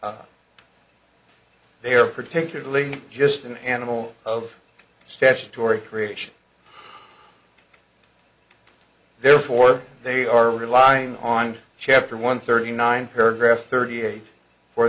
power they're particularly just an animal of statutory creation therefore they are relying on chapter one thirty nine paragraph thirty eight fo